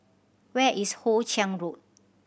where is Hoe Chiang Road